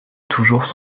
toujours